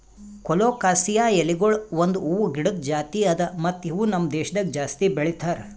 colocasia ಎಲಿಗೊಳ್ ಒಂದ್ ಹೂವು ಗಿಡದ್ ಜಾತಿ ಅದಾ ಮತ್ತ ಇವು ನಮ್ ದೇಶದಾಗ್ ಜಾಸ್ತಿ ಬೆಳೀತಾರ್